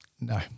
No